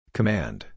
Command